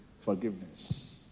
forgiveness